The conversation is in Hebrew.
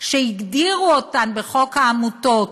שהגדירו אותן בחוק העמותות,